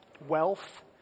wealth